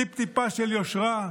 טיפ-טיפה של יושרה,